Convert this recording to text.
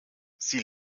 sie